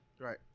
Right